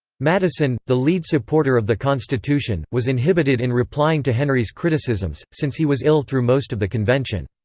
madison, the lead supporter of the constitution, was inhibited in replying to henry's criticisms, since he was ill through most of the convention.